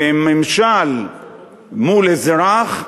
וממשל מול אזרח,